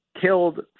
killed